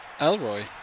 Elroy